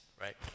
right